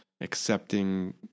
accepting